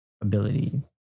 ability